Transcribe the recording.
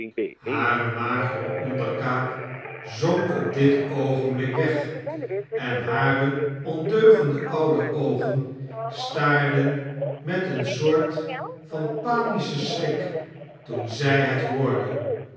hare magere onderkaak zonk op dit oogenblik weg en hare ondeugende oude oogen staarden met een soort van panischen scnrik toen zy het hoorde